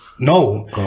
no